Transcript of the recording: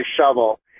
shovel